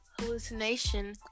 hallucination